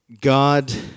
God